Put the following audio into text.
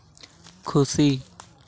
ᱠᱷᱩᱥᱤ